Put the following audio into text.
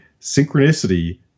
synchronicity